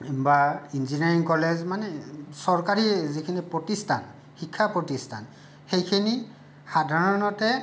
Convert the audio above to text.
বা engineering college মানে চৰকাৰী যিখিনি প্ৰতিষ্ঠান শিক্ষা প্ৰতিষ্ঠান সেইখিনি সাধাৰণতে